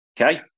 Okay